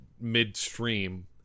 midstream